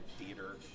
Theater